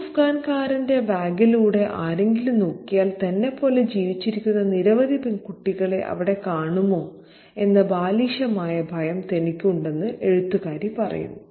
ഈ അഫ്ഗാൻകാരന്റെ ബാഗിലൂടെ ആരെങ്കിലും നോക്കിയാൽ തന്നെപ്പോലെ ജീവിച്ചിരിക്കുന്ന നിരവധി കുട്ടികളെ അവിടെ കാണുമോ എന്ന ബാലിശമായ ഭയം തനിക്കുണ്ടെന്ന് എഴുത്തുകാരി പറയുന്നു